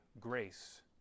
grace